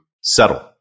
settle